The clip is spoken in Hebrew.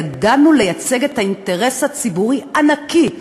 ידענו לייצג את האינטרס הציבורי הנקי,